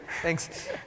Thanks